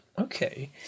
okay